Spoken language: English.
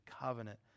covenant